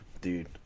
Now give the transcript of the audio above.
dude